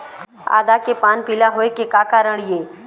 आदा के पान पिला होय के का कारण ये?